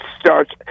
starts